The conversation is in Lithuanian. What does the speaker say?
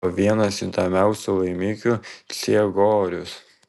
o vienas įdomiausių laimikių ciegorius